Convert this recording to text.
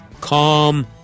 calm